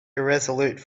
irresolute